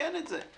נתקן את זה.